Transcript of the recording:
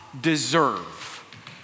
deserve